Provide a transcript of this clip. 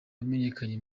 wamenyekanye